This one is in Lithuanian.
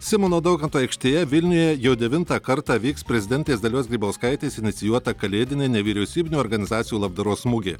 simono daukanto aikštėje vilniuje jau devintą kartą vyks prezidentės dalios grybauskaitės inicijuota kalėdinė nevyriausybinių organizacijų labdaros mugė